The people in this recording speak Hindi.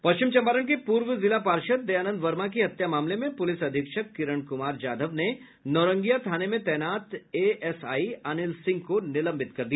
पश्चिम चम्पारण के पूर्व जिला पार्षद दयानंद वर्मा की हत्या मामले में पूलिस अधीक्षक किरण कुमार जाघव ने नौरंगिया थाने में तैनात एएसआई अनिल सिंह को निलंबित कर दिया